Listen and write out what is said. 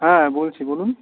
হ্যাঁ বলছি বলুন